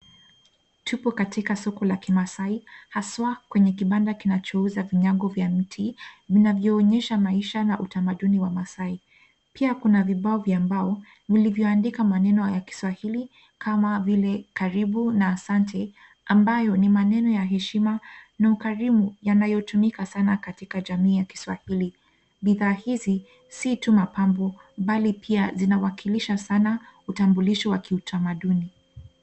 Tuko katika sko la kimaasai haswa kwenye kibanda kinachouza vinyago vya mti vinavyoonyesha maisha na utamaduni wa masai. Pia kuna vibao vya mbao vilivyoandikwa maneno ya kiswahili kama vile karibu na asante ambayo ni maneno ya heshima na ukarimu yanayotumika sana katika jamii ya kiswahili. Bidhaa hizi si tu mapambo, bali pia zinawakilisha sana utabulishi wa kiutamaduni.